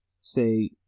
say